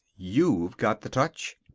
you've got the touch.